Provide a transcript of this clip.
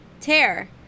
tear